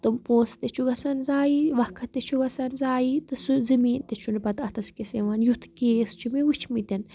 تِم پونٛسہٕ تہِ چھُ گژھان زایہِ وقت تہِ چھُ گژھان زایہِ تہٕ سُہ زٔمیٖن تہِ چھُنہٕ پَتہٕ اَتھَس کیٚتھ یِوان یُس یُتھ کیس چھِ مےٚ وٕچھمٕتۍ